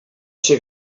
ser